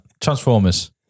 Transformers